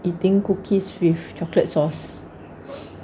eating cookies with chocolate sauce